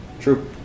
True